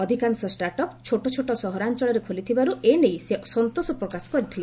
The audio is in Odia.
ଅଧିକାଂଶ ଷ୍ଟାର୍ଟ ଅପ୍ ଛୋଟ ଛୋଟ ସହରାଞ୍ଚଳରେ ଖୋଲିଥିବାରୁ ଏ ନେଇ ସେ ସନ୍ତୋଷ ପ୍ରକାଶ କରିଥିଲେ